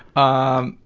um,